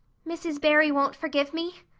mrs. barry won't forgive me?